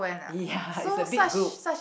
ya its a big group